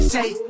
Say